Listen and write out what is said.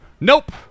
nope